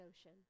Ocean